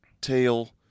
tail